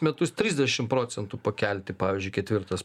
metus trisdešim procentų pakelti pavyzdžiui ketvirtas